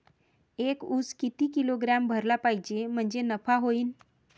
एक उस किती किलोग्रॅम भरला पाहिजे म्हणजे नफा होईन?